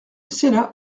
sénat